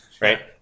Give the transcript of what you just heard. right